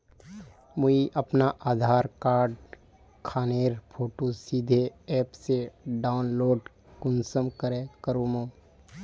मुई अपना आधार कार्ड खानेर फोटो सीधे ऐप से डाउनलोड कुंसम करे करूम?